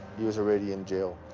he was already in jail.